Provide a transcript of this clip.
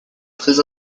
très